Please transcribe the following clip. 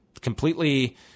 completely